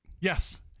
yes